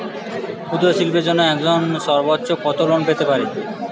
ক্ষুদ্রশিল্পের জন্য একজন সর্বোচ্চ কত লোন পেতে পারে?